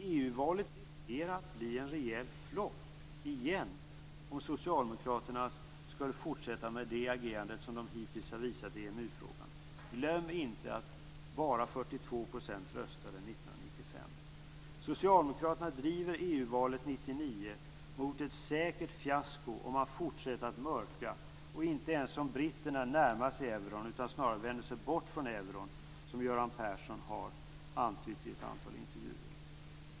EU-valet riskerar att bli en rejäl flopp igen om Socialdemokraterna fortsätter med det agerande som de hittills har visat i EMU-frågan. Glöm inte att bara 42 % röstade 1995! Socialdemokraterna driver EU-valet 1999 mot ett säkert fiasko om man fortsätter att mörka och inte ens som britterna närmar sig euron utan snarare vänder sig bort från euron, som Göran Persson har antytt i ett antal intervjuer.